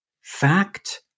Fact